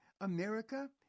America